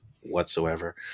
whatsoever